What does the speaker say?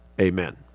Amen